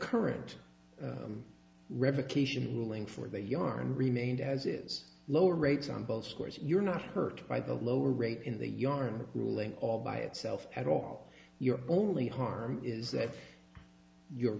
current revocation ruling for the yarn remained as is lower rates on both scores you're not hurt by the lower rate in the yarn ruling all by itself at all you're only harm is that you